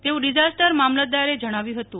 તેવુ ડિઝાસ્ટર મામલતદારે જણાવ્યુ હતું